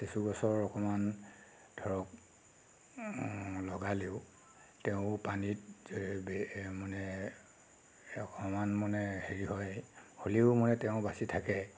চেচু গছৰ অকণমান ধৰক লগালেও তেও পানীত মানে অকণমান মানে হেৰি হয় হ'লেও মানে তেও বাচি থাকে